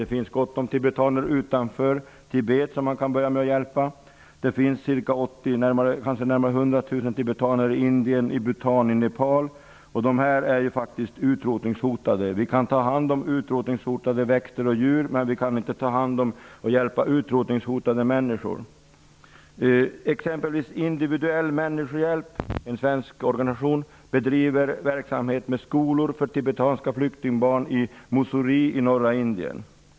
Det finns gott om tibetaner utanför Tibet som man kan börja med att hjälpa. Det finns kanske närmare 100 000 tibetaner i Indien, i Bhutan och i Nepal. Tibetanerna är ju faktiskt utrotningshotade. Vi kan ta hand om utrotningshotade växter och djur, men vi kan inte ta hand om och hjälpa utrotningshotade människor. Exempelvis Individuell människohjälp, en svensk organisation, bedriver verksamhet med skolor för tibetanska flyktingbarn i norra Indien.